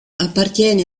appartiene